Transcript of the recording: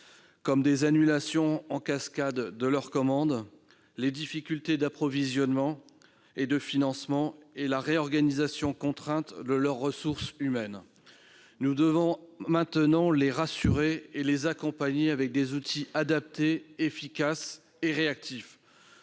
comme les annulations en cascade de leurs commandes, les difficultés d'approvisionnement et de financement ou la réorganisation contrainte de leurs ressources humaines. Nous devons maintenant les rassurer et les accompagner avec des outils adaptés, efficaces et réactifs.